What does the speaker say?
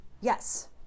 yes